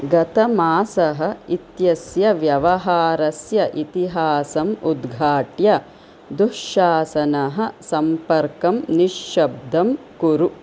गत मासः इत्यस्य व्यवहारस्य इतिहासम् उद्घाट्य दुःशासनः सम्पर्कं निश्शब्दं कुरु